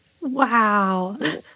Wow